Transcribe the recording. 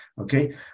okay